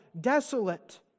desolate